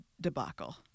debacle